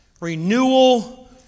renewal